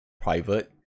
private